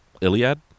Iliad